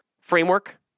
framework